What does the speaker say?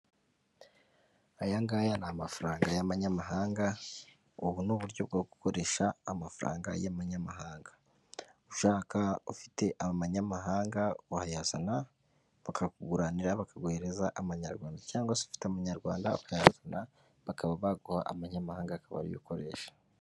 Ayangaya ni amafaranga y'amanyamahanga, ubu ni uburyo bwo gukoresha amafaranga y'amanyamahanga. Ushaka ufite amanyamahanga wayazana bakakuguranira bakaguhereza amanyarwanda cyangwa se ufite umunyarwanda ukayazana bakaba baguha amanyamahanga akaba ariyo ukoresha.